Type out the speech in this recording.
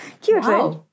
Cute